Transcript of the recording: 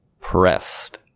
pressed